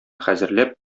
хәзерләп